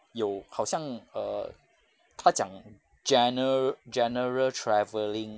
有好像 err 它讲 gene~ general travelling